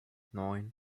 neun